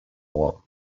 wall